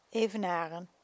evenaren